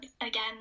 again